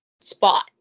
spot